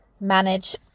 manage